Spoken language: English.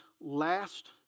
last